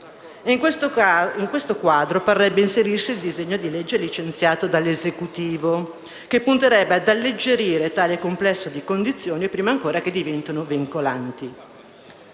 In questo quadro, parrebbe inserirsi il disegno di legge licenziato dall'Esecutivo, che punterebbe ad alleggerire tale complesso di condizioni prima ancora che diventino vincolanti.